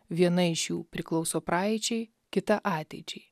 viena iš jų priklauso praeičiai kita ateičiai